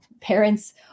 parents